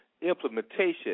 implementation